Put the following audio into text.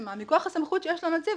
פורסמה מכוח הסמכות שיש לנציב